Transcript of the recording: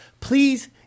please